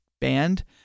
band